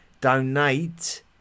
donate